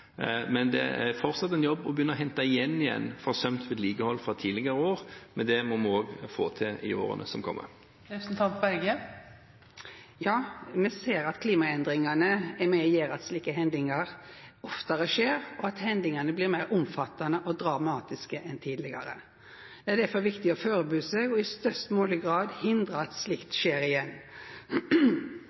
Men det er fortsatt en jobb å begynne å hente igjen forsømt vedlikehold fra tidligere år, og det må vi også få til i årene som kommer. Ja, me ser at klimaendringane er med på å gjera at slike hendingar oftare skjer, og at hendingane blir meir omfattande og dramatiske enn tidlegare. Det er difor viktig å førebu seg og i størst mogleg grad hindra at slikt skjer igjen.